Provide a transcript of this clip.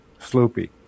Sloopy